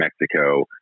Mexico